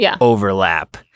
overlap